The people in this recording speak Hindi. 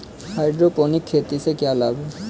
हाइड्रोपोनिक खेती से क्या लाभ हैं?